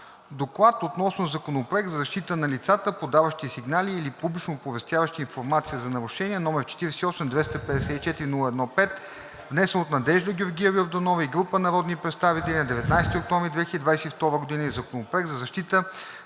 „ДОКЛАД относно Законопроект за защита на лицата, подаващи сигнали или публично оповестяващи информация за нарушения, № 48-254-01-5, внесен от Надежда Георгиева Йорданова и група народни представители на 19 октомври 2022 г., и Законопроект за защита на лицата,